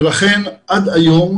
לכן עד היום